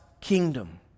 kingdom